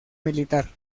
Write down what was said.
militar